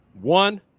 one